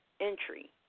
entry